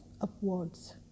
upwards